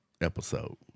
episode